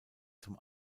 zum